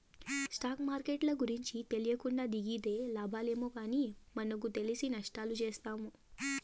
stock మార్కెట్ల గూర్చి తెలీకుండా దిగితే లాబాలేమో గానీ మనకు తెలిసి నష్టాలు చూత్తాము